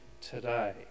today